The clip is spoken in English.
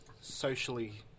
socially